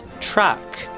truck